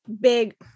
big